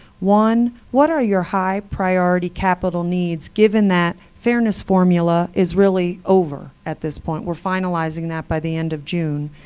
one, what are your high-priority capital needs, given that fairness formula is really over at this point? we're finalizing that by the end of june.